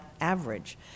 average